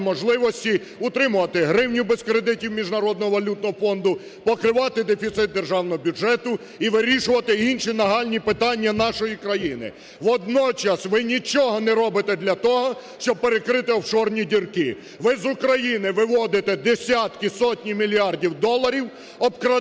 можливості утримувати гривню без кредитів Міжнародного валютного фонду, покривати дефіцит державного бюджету і вирішувати інші нагальні питання нашої країни. Водночас, ви нічого не робите для того, щоб перекрити "офшорні дірки". Ви з України виводите десятки, сотні мільярдів доларів, обкрадаючи